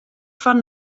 fan